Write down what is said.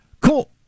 Cool